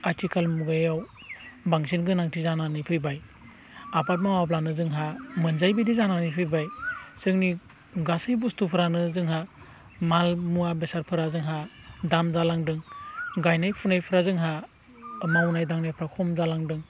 आथिखाल मुगायाव बांसिन गोनांथि जानानै फैबाय आबाद मावाब्लानो जोंहा मोनजायि बायदि जानानै फैबाय जोंनि गासै बस्तुफोरानो जोंहा माल मुवा बेसादफोरा जोंहा दाम जालांदों गायनाय फुनायफोरा जोंहा मावनाय दांनायफ्रा खम जालांदों